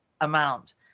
amount